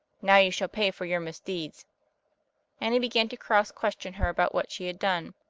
now you shall pay for your misdeeds and he began to cross-question her about what she had done.